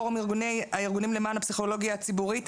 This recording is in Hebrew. פורום הארגונים למען הפסיכולוגיה הציבורית.